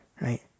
Right